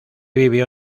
vivió